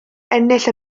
ennill